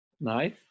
nice